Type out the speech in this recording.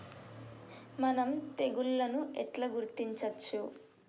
మనం తెగుళ్లను ఎట్లా గుర్తించచ్చు?